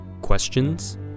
Questions